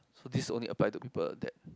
so this only apply to people that